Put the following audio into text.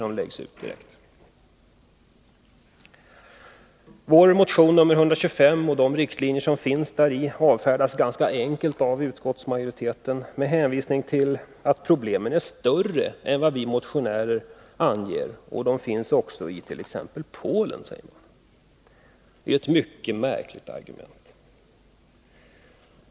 Riktlinjerna i vår motion 125 har avfärdats ganska enkelt av utskottsmajoriteten. Det hänvisas till att problemen är större än vad vi motionärer anger och att de finns it.ex. Polen. Det är ett mycket märkligt argument.